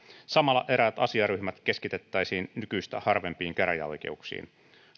samalla eräät asiaryhmät keskitettäisiin nykyistä harvempiin käräjäoikeuksiin